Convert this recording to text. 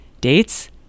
Dates